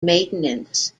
maintenance